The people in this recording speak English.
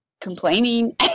complaining